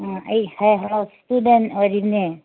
ꯎꯝ ꯑꯩ ꯍꯣꯏ ꯍꯣꯏ ꯏꯁꯇꯨꯗꯦꯟ ꯑꯣꯏꯔꯤꯕꯅꯦ